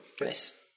nice